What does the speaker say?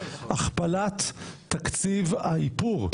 הכפלת תקציב האיפור.